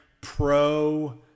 pro